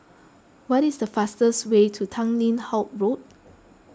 what is the fastest way to Tanglin Halt Road